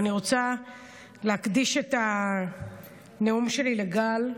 אני רוצה להקדיש את הנאום שלי לגל,